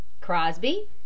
Crosby